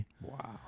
Wow